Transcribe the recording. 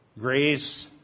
Grace